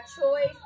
choice